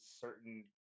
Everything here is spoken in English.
certain